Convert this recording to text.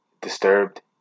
Disturbed